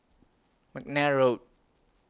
Mcnair Road